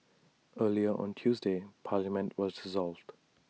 earlier on Tuesday parliament was dissolved